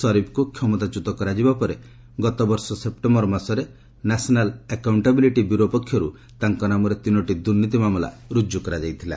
ସରିଫ୍ଙ୍କୁ କ୍ଷମତାଚ୍ୟୁତ କରାଯିବା ପରେ ଗତବର୍ଷ ସେପ୍ଟେମ୍ବର ମାସରେ ନ୍ୟାସନାଲ୍ ଆକାଉଷ୍ଟେବିଲିଟି ବ୍ୟୁରୋ ପକ୍ଷରୁ ତାଙ୍କ ନାମରେ ତିନୋଟି ଦୁର୍ନୀତି ମାମଲା ରୁଜୁ କରାଯାଇଥିଲା